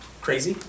crazy